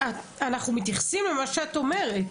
אנחנו מתייחסים למה שאת אומרת.